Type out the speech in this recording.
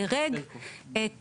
דרג את